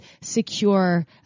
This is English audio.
secure